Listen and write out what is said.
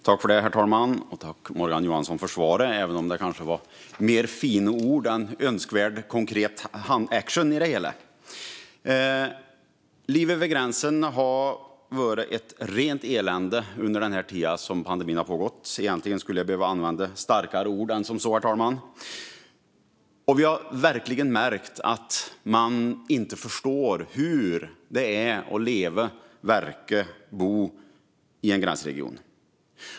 Herr talman! Jag tackar Morgan Johansson för svaret även om det kanske var mer fina ord än önskvärd konkret action i det hela. Livet vid gränsen har varit ett rent elände under tiden som pandemin har pågått. Egentligen skulle jag behöva använda starkare ord än så, herr talman. Vi har verkligen märkt att man inte förstår hur det är att leva, verka och bo i en gränsregion.